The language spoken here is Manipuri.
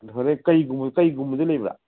ꯑꯗꯨ ꯍꯣꯔꯦꯟ ꯀꯩꯒꯨꯝꯕꯗꯤ ꯂꯩꯕ꯭ꯔꯥ